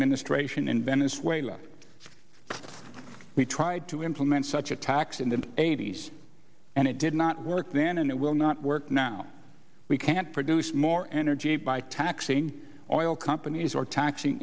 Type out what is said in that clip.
administration in venezuela we tried to implement such attacks in the eighty's and it did not work then and it will not work now we can't produce more energy by taxing on oil companies or taxing